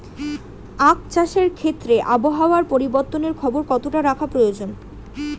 আখ চাষের ক্ষেত্রে আবহাওয়ার পরিবর্তনের খবর কতটা রাখা প্রয়োজন?